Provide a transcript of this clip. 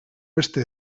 beste